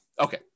Okay